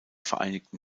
vereinigten